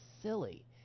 silly